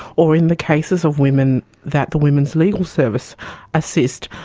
or in the cases of women that the women's legal service assist,